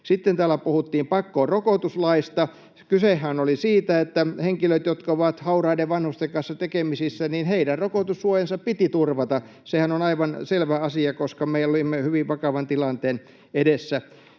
Sitten täällä puhuttiin pakkorokotuslaista. Kysehän oli siitä, että henkilöiden, jotka ovat hauraiden vanhusten kanssa tekemisissä, rokotussuoja piti turvata. Sehän on aivan selvä asia, koska me olimme hyvin vakavan tilanteen edessä.